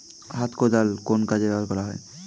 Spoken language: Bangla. হাত কোদাল কোন কাজে ব্যবহার করা হয়?